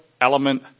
element